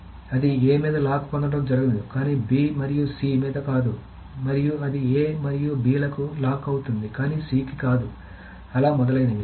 కాబట్టి అది A మీద లాక్ పొందడం జరగదు కానీ B మరియు C మీద కాదు మరియు అది A మరియు B లకు లాక్ అవుతుంది కానీ C కి కాదు అలా మొదలైనవి